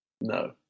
No